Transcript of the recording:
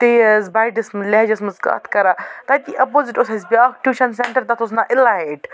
تیز بَڈِس لہجَس منٛز کَتھ کران تَتی اَپوزِٹ اوس اَسہِ بیٛاکھ ٹیوٗشَن سٮ۪نٹَر تَتھ اوس ناو اِلایِٹ